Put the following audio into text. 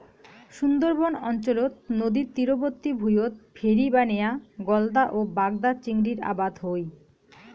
সুন্দরবন অঞ্চলত নদীর তীরবর্তী ভুঁইয়ত ভেরি বানেয়া গলদা ও বাগদা চিংড়ির আবাদ হই